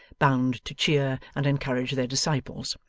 bound to cheer and encourage their disciples.